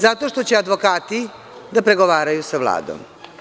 Zato što će advokati da pregovaraju sa Vladom.